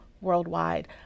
worldwide